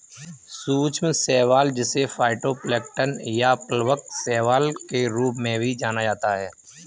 सूक्ष्म शैवाल जिसे फाइटोप्लैंक्टन या प्लवक शैवाल के रूप में भी जाना जाता है